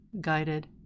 guided